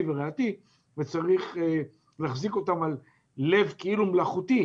וריאתי וצריך להחזיק אותם על לב מלאכותי,